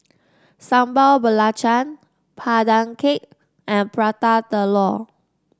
Sambal Belacan Pandan Cake and Prata Telur